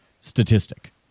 statistic